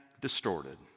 distorted